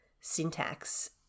syntax